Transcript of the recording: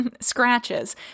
scratches